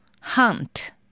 hunt